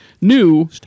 new